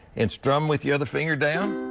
and strum with your other finger down.